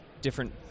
different